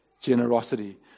generosity